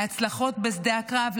להצלחות בשדה הקרב,